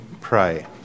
pray